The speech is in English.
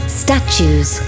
statues